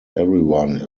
everyone